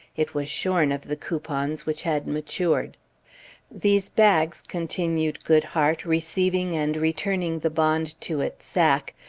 it was shorn of the coupons which had matured these bags continued goodhart, receiving and returning the bond to its sack,